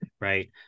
right